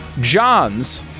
John's